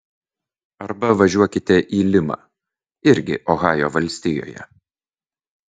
arba važiuokite į limą irgi ohajo valstijoje